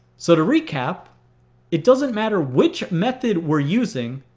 so to recap it doesn't matter which method we're using.